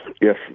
yes